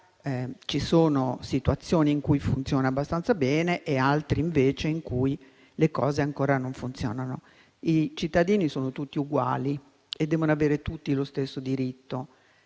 ci sono situazioni in cui funziona abbastanza bene e altre, invece, in cui le cose ancora non funzionano, ma i cittadini sono tutti uguali e devono avere tutti lo stesso diritto,